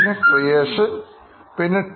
പിന്നെ ക്രിയേഷൻ